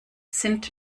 sind